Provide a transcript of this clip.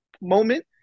moment